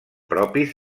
propis